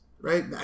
right